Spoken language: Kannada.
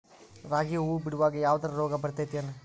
ರಾಗಿ ಹೂವು ಬಿಡುವಾಗ ಯಾವದರ ರೋಗ ಬರತೇತಿ ಏನ್?